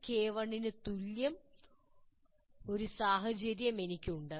K2 K1 ന് തുല്യമായ ഒരു സാഹചര്യം എനിക്കുണ്ട്